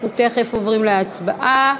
אנחנו תכף עוברים להצבעה.